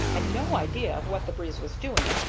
had no idea of what the breeze was doing,